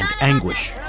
anguish